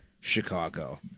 Chicago